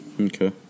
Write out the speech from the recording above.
Okay